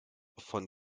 von